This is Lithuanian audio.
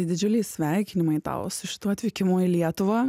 didžiuliai sveikinimai tau su šituo atvykimu į lietuvą